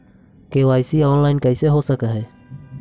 KYC online कैसे हो सक है?